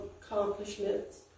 accomplishments